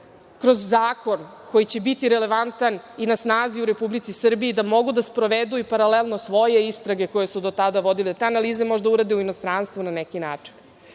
kroz zakon koji će biti relevantan i na snazi u Republici Srbiji, da mogu da sprovedu paralelno svoje istrage koje su do tada vodili. Te analize mogu da urade u inostranstvu, na neki način. Dakle,